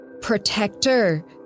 protector